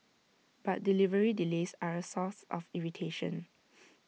but delivery delays are A source of irritation